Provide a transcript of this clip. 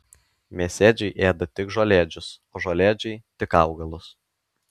mėsėdžiai ėda tik žolėdžius o žolėdžiai tik augalus